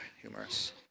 humorous